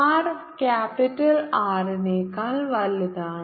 r capital R നേക്കാൾ വലുതാണ്